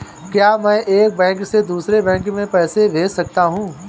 क्या मैं एक बैंक से दूसरे बैंक में पैसे भेज सकता हूँ?